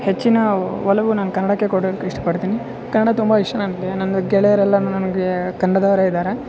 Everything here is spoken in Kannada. ಹೆಚ್ಚಿನ ಒಲವು ನಾನು ಕನ್ನಡಕ್ಕೆ ಕೊಡೋಕೆ ಇಷ್ಟ ಪಡ್ತೀನಿ ಕನ್ನಡ ತುಂಬ ಇಷ್ಟ ನನಗೆ ನಂದು ಗೆಳೆಯರೆಲ್ಲ ನನಗೆ ಕನ್ನಡದವರೇ ಇದ್ದಾರೆ